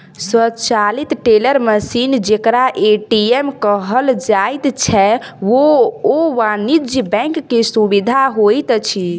स्वचालित teller machine जेकरा ATM कहल जाइत छै, ओ वाणिज्य बैंक के सुविधा होइत अछि